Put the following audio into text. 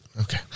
Okay